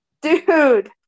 dude